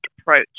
approach